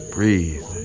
Breathe